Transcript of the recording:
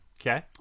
Okay